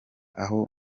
aho